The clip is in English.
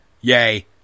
Yay